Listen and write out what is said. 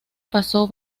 pasó